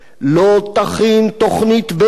לא תכין תוכנית ב',